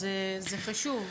זה חשוב.